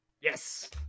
Yes